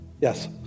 Yes